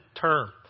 term